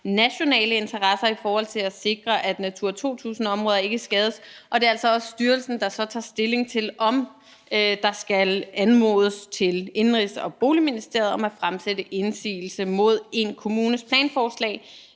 nationale interesser i forhold til at sikre, at Natura 2000-områder ikke skades. Og det er altså også styrelsen, der tager stilling til, om der skal anmodes til Indenrigs- og Boligministeriet om at fremsætte indsigelse mod en kommunes planforslag